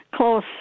Close